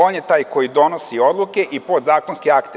On je taj koji donosi odluke i podzakonske akte.